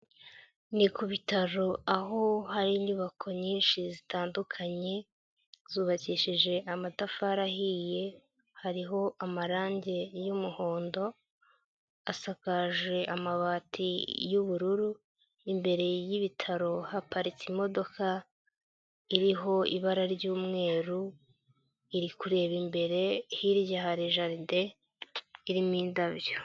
Ni ku bitaro aho hari inyubako nyinshi zitandukanye zubakishije amatafari ahiye, hariho amarange y'umuhondo, asakaje amabati y'ubururu, imbere y'ibitaro haparitse imodoka iriho ibara ry'umweru iri kureba imbere, hirya hari jaride irimo indabyo.